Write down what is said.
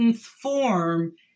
form